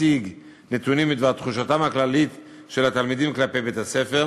המציג נתונים בדבר תחושתם הכללית של התלמידים כלפי בית-הספר.